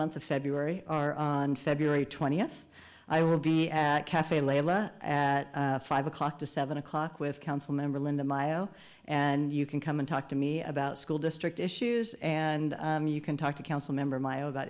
month of february are on feb twentieth i will be at cafe layla at five o'clock to seven o'clock with council member linda mio and you can come and talk to me about school district issues and you can talk to council member my about